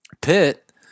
Pitt